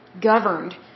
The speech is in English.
governed